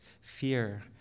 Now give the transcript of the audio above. Fear